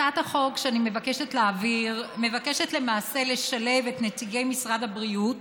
הצעת החוק שאני מבקשת להעביר מבקשת למעשה לשלב את נציגי משרד הבריאות